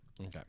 Okay